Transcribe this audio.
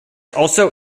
also